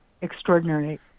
extraordinary